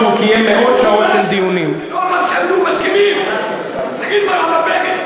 לקרוא בעיתון מה אומר בגין, תקרא בעיתונים.